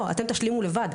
אתם תשלימו לבד,